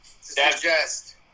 suggest